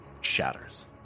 shatters